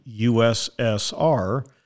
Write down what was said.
USSR